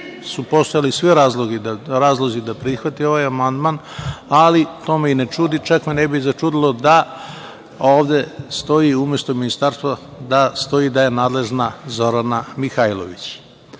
su postojali svi razlozi da prihvate ovaj amandman, ali to me i ne čudi, čak me ne bi ni začudilo da ovde stoji umesto „ministarstvo“, da stoji da je nadležna Zorana Mihajlović. Kad